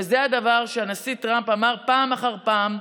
וזה דבר שהנשיא טראמפ אמר פעם אחר פעם,